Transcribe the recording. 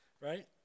Right